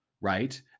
right